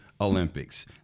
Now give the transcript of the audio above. Olympics